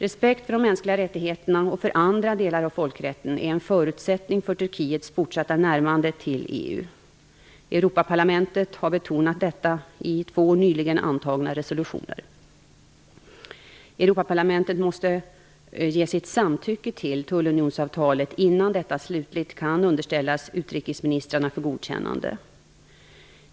Respekt för de mänskliga rättigheterna och för andra delar av folkrätten är en förutsättning för Turkiets fortsatta närmande till EU. Europaparlamentet har betonat detta i två nyligen antagna resolutioner. Europaparlamentet måste ge sitt samtycke till tullunionsavtalet innan detta slutligt kan underställas utrikesministrarna för godkännande.